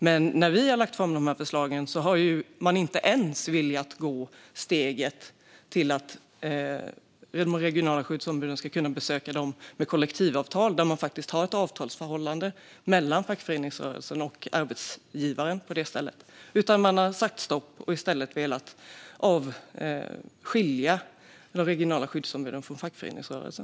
Men när vi har lagt fram detta förslag har man inte ens velat ta steget att låta de regionala skyddsombuden kunna besöka de arbetsplatser som har kollektivavtal, alltså där det faktiskt finns ett avtalsförhållande mellan fackföreningsrörelsen och arbetsgivaren. Man har i stället sagt stopp och velat skilja de regionala skyddsombuden från fackföreningsrörelsen.